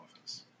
office